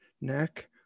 neck